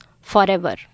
forever